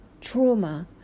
Trauma